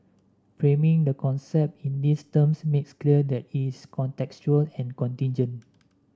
framing the concept in these terms makes clear that is contextual and contingent